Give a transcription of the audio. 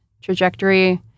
trajectory